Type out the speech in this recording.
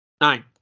nine